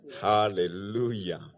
Hallelujah